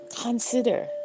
Consider